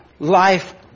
Life